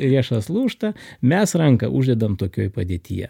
riešas lūžta mes ranką uždedam tokioj padėtyje